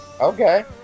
Okay